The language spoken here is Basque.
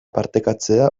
partekatzea